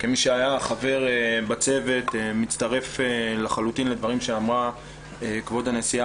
כמי שהיה חבר בצוות אני מצטרף לחלוטין לדברים שאמרה כבוד הנשיאה